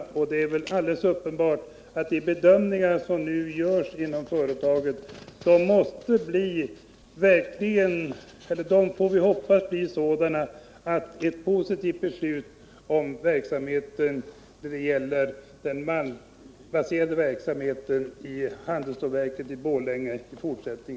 De bedömningar som nu görs inom företagen får vi hoppas blir sådana att den malmbaserade verksamheten i handelsstålverket i Domnarvet kan bestå.